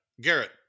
Garrett